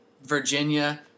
Virginia